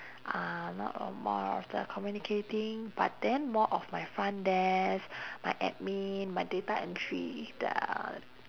uh not o~ more of the communicating but then more of my front desk my admin my data entry the